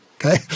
Okay